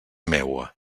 meua